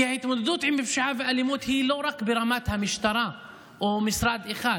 כי ההתמודדות עם פשיעה ואלימות היא לא רק ברמת המשטרה או משרד אחד,